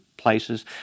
places